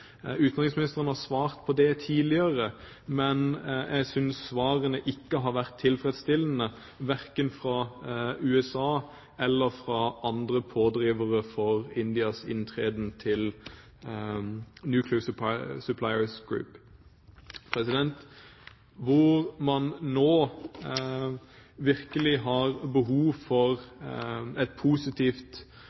Utenriksministeren har svart på det tidligere, men jeg synes ikke svarene har vært tilfredsstillende, verken fra USA eller fra andre pådrivere for Indias inntreden til Nuclear Suppliers Group. Hvor vi nå virkelig har behov for et positivt